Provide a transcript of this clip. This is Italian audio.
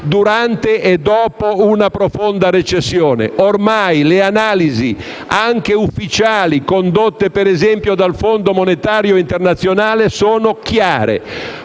durante e dopo una profonda recessione. Ormai le analisi anche ufficiali, condotte - per esempio - dal Fondo monetario internazionale, sono chiare: